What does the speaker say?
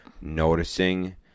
noticing